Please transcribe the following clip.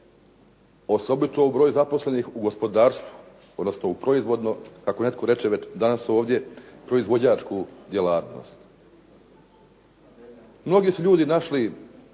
osobito u broju zaposlenih u gospodarstvu, odnosno u proizvodno kako netko reče već danas ovdje proizvođačku djelatnost. Mnogi su ljudi našli